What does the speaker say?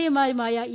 A മാരുമായ A